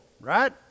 right